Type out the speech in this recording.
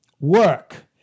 work